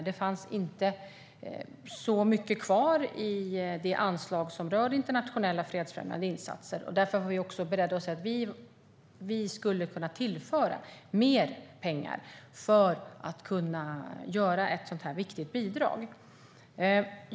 Det fanns inte så mycket kvar i det anslag som rör internationella fredsfrämjande insatser, och därför var vi också beredda att säga att vi skulle kunna tillföra mer pengar för att kunna göra ett så viktigt bidrag.